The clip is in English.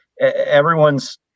everyone's